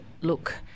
look